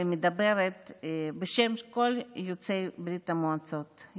ומדברת בשם כל יוצאי ברית המועצות,